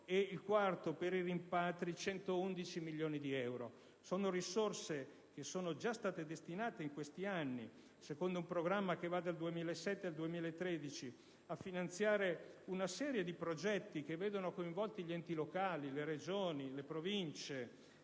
il quarto, per i rimpatri, conta 111 milioni di euro. Sono risorse già destinate in questi anni, secondo un programma che va dal 2007 al 2013, a finanziare una serie di progetti che vedono coinvolti gli enti locali, le Regioni, le Province